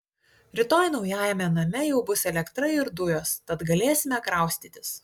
rytoj naujajame name jau bus elektra ir dujos tad galėsime kraustytis